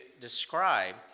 describe